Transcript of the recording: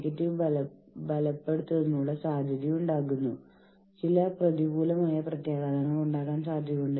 അവർക്ക് വേണ്ട പോലെ കാര്യങ്ങൾ നടക്കാതെ വരുമ്പോളാണ് ആളുകൾ ഒത്തുകൂടാൻ തീരുമാനിക്കുന്നത്